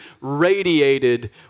radiated